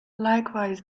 likewise